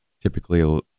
typically